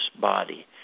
body